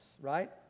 right